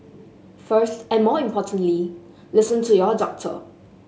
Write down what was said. first and more importantly listen to your doctor